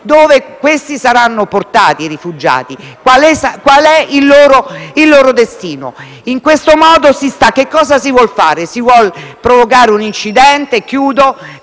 dove saranno portati i rifugiati, qual è il loro destino. In questo modo che cosa si vuol fare? Si vuole provocare un incidente? Qual